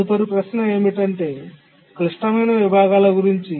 తదుపరి ప్రశ్న ఏమిటంటే క్లిష్టమైన విభాగాల గురించి